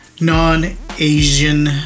Non-Asian